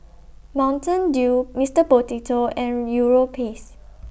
Mountain Dew Mister Potato and Europace